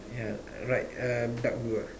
yeah right uh dark blue ah